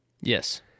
Yes